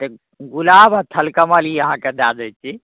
तऽ गुलाब आओर थलकमल ई अहाँके दऽ दै छै